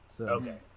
Okay